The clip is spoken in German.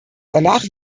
danach